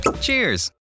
Cheers